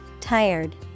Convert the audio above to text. tired